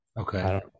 Okay